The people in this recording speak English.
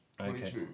Okay